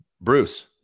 Bruce